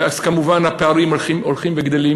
ואז, כמובן, הפערים הולכים וגדלים